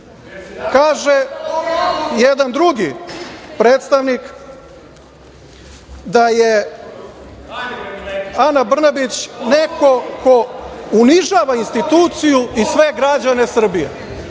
jedan drugi predstavnik da je Ana Brnabić neko ko unižava instituciju i sve građane Srbije.